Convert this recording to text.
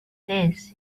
this